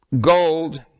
gold